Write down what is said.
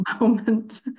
moment